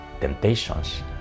temptations